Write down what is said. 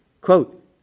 quote